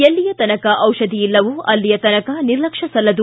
ಎಲ್ಲಿಯ ತನಕ ಔಷಧಿ ಇಲ್ಲವೋ ಅಲ್ಲಿಯ ತನಕ ನಿರ್ಲಕ್ಷ್ಮ ಸಲ್ಲದು